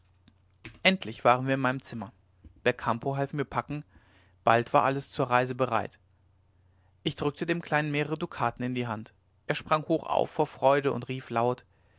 endlich waren wir in meinem zimmer belcampo half mir packen bald war alles zur reise bereit ich drückte dem kleinen mehrere dukaten in die hand er sprang hoch auf vor freude und rief laut